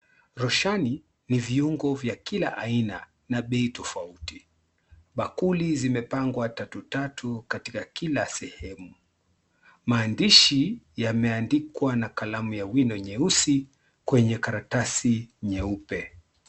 ni viungo vya kila aina na bei tofauti, bakuli zimepangwa tatu tatu katika kila sehemu. Maandishi yameandikwa na kalamu ya wino nyeusi kwenye karatasi nyeupe.